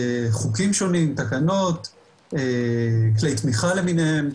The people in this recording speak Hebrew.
חוקים שונים, תקנות, כלי תמיכה למיניהן,